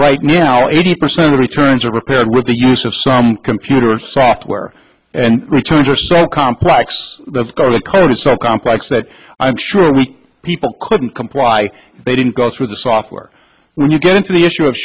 right now eighty percent of the returns are repaired with the use of some computer software and returns are so complex code is so complex that i'm sure we people couldn't comply they didn't go through the software when you get into the issue of